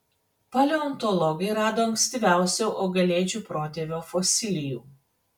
paleontologai rado ankstyviausio augalėdžių protėvio fosilijų